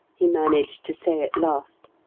he managed to say at last.